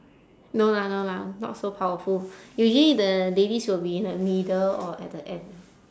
no lah no lah not so powerful usually the ladies will be in the middle or at the end